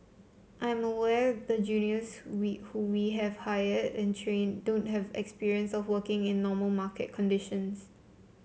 I'm aware the juniors we who we have hired and trained don't have experience of working in normal market conditions